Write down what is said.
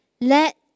let